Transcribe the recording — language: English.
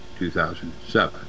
2007